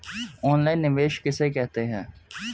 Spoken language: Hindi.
ऑनलाइन निवेश किसे कहते हैं?